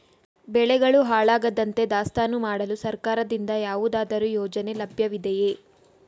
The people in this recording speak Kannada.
ಬೆಳೆಗಳು ಹಾಳಾಗದಂತೆ ದಾಸ್ತಾನು ಮಾಡಲು ಸರ್ಕಾರದಿಂದ ಯಾವುದಾದರು ಯೋಜನೆ ಲಭ್ಯವಿದೆಯೇ?